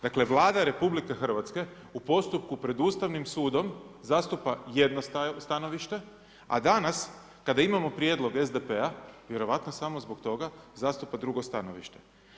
Dakle Vlada RH u postupku pred Ustavnim sudom zastupa jedno stanovište, a danas kada imamo prijedlog SDP-a vjerojatno samo zbog toga zastupa drugo stanovište.